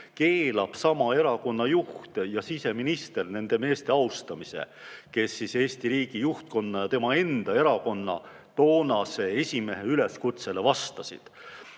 keelab sama erakonna juht ja siseminister nende meeste austamise, kes Eesti riigi juhtkonna ja tema enda erakonna toonase esimehe üleskutsele vastasid.